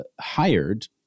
hired